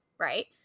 right